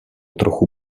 trochu